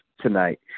tonight